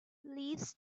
leaves